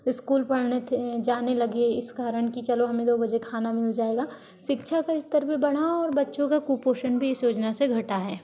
school पढ़ने थे जाने लगे इस कारण कि चलो हमें दो बजे खाना मिल जाएगा शिक्षा का स्तर भी बढ़ा और बच्चों का कुपोषण भी इस योजना से घटा है